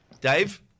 Dave